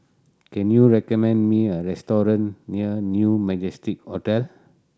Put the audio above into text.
can you recommend me a restaurant near New Majestic Hotel